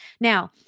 Now